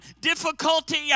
Difficulty